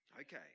Okay